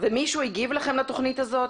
מישהו הגיב לכם לתוכנית הזאת?